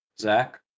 Zach